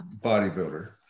bodybuilder